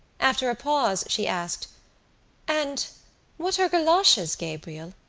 after a pause she asked and what are goloshes, gabriel?